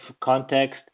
context